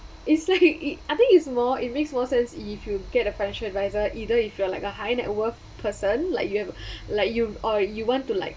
it's like it I think it's more it makes more sense you if get a financial advisor either if you're like a high net worth person like you have a like you or you want to like